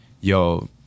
yo